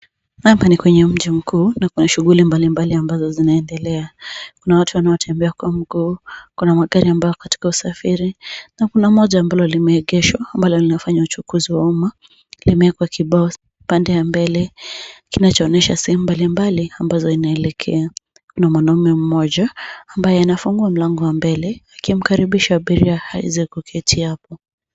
Hapa ni kwa mji mkuuu na kuna shuguli mbalimbali amabazo zinazoendelea, kuna watu wanotembea kwa mguu, kuna magari ambayo yako katika usafiri na kuna moja ambalo limeengeshwa ambalo linafanya uchukuzi wa uma ambalo limeekwa kibao pande ya mbele kinachoonyesha sehemu mbalimbali ambazo inayoelekea. Kuna mwanaume mmoja ambaye anafungua mlango wa mbele akimkaribisha abiria aeze kuketi apo.